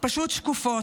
פשוט שקופות.